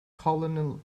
colonel